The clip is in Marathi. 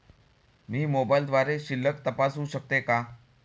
मी मोबाइलद्वारे शिल्लक तपासू शकते का?